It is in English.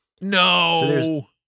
No